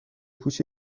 پوش